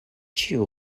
ĉiu